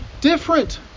different